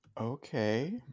Okay